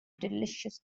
delicious